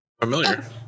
Familiar